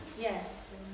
Yes